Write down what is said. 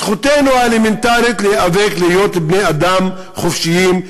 זכותנו האלמנטרית להיאבק להיות בני-אדם חופשיים,